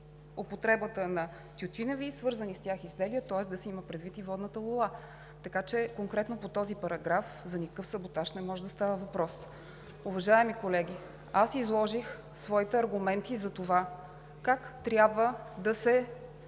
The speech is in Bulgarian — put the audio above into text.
на тютюневи и свързани с тях изделия, тоест да се има предвид и водната лула. Така че конкретно по този параграф за никакъв саботаж не може да става въпрос. Уважаеми колеги, аз изложих своите аргументи за това как трябва да се